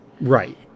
Right